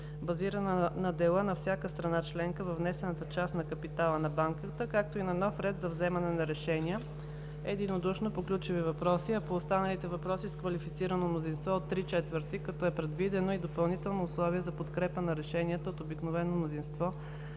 базирана на дела на всяка страна членка във внесената част на капитала на Банката, както и на нов ред за вземане на решения (единодушно по ключови въпроси, а по останалите въпроси с квалифицирано мнозинство от ¾, като е предвидено и допълнително условие за подкрепа на решенията от обикновено мнозинство